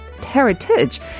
heritage